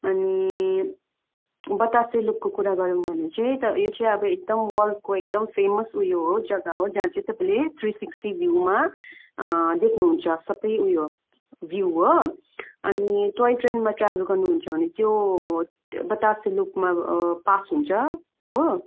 अनि बतासे लुपको कुरा गरौँ भने चाहिँ यो चाहिँ अब एकदम वर्ल्डको एकदम फेमस उयो हो जग्गा हो जहाँ चाहिँ तपाईँले थ्री सिक्सटी भ्यूमा देख्नुहुन्छ सबै उयो भ्यू हो अनि टोय ट्रेनमा ट्राभल गर्नुहुन्छ भने त्यो बतासे लुपमा पास हुन्छ हो